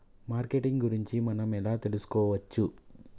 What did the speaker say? Marketing గురించి మనం ఎలా తెలుసుకోవచ్చు?